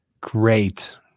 Great